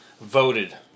voted